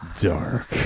Dark